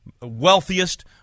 wealthiest